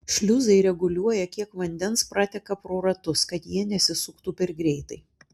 šliuzai reguliuoja kiek vandens prateka pro ratus kad jie nesisuktų per greitai